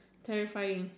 terrifying